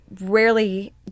rarely